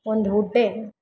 ಒಂದು ಗುಡ್ಡೆ